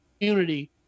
Unity